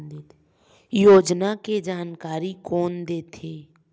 योजना के जानकारी कोन दे थे?